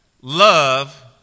love